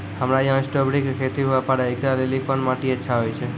हमरा यहाँ स्ट्राबेरी के खेती हुए पारे, इकरा लेली कोन माटी अच्छा होय छै?